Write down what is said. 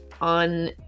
on